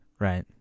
Right